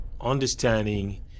Understanding